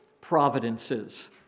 providences